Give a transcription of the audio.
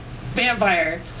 vampire